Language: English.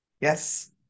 yes